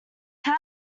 how